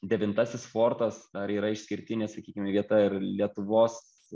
devintasis fortas dar yra išskirtinė sakykime vieta ir lietuvos